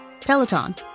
Peloton